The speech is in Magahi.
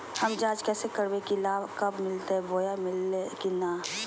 हम जांच कैसे करबे की लाभ कब मिलते बोया मिल्ले की न?